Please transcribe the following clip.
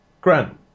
Grant